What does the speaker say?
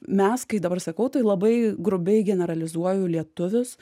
mes kai dabar sakau tai labai grubiai generalizuoju lietuvius